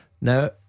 Now